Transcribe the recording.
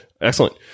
Excellent